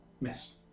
Miss